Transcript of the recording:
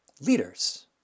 leaders